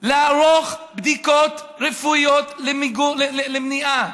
לערוך בדיקות רפואיות למניעה,